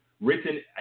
written